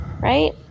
right